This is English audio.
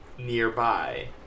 nearby